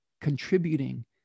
contributing